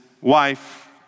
wife